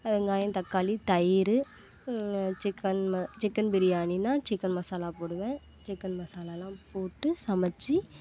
வெங்காயம் தக்காளி தயிர் சிக்கன் ம சிக்கன் பிரியாணின்னால் சிக்கன் மசாலா போடுவேன் சிக்கன் மசாலாவெலாம் போட்டு சமைச்சி